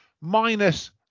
minus